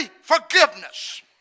forgiveness